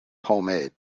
homemade